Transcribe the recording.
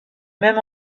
même